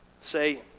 Say